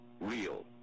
real